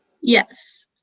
Yes